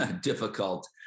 difficult